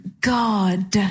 God